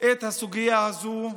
את הסוגיה הזו.